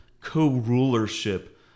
co-rulership